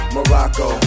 Morocco